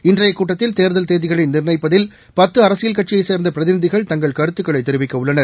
இன்றைய கூட்டத்தில் தேர்தல் தேதிகளை நிர்ணயிப்பதில் பத்து அரசியல் கட்சியை சேர்ந்த பிரதிநிதிகள் தங்கள் கருத்துக்களை தெரிவிக்க உள்ளனர்